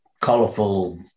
colorful